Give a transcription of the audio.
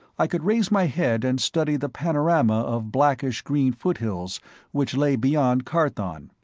i could raise my head and study the panorama of blackish-green foothills which lay beyond carthon,